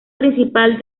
principal